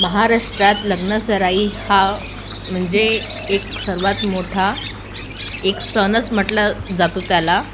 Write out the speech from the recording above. महाराष्ट्रात लग्नसराई हा म्हणजे एक सर्वात मोठा एक सणच म्हटलं जातो त्याला